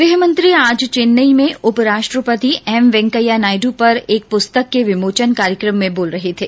गृहमंत्री आज चेन्नई में उपराष्ट्रपति एम वेंकैया नायडू पर एक पुस्तक के विमोचन कार्यक्रम में बोल रहे थे